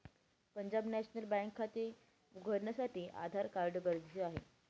Punjab national bank मध्ये खाते उघडण्यासाठी आधार कार्ड गरजेचे आहे